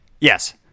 Yes